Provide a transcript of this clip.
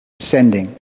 sending